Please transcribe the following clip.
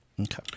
Okay